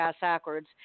backwards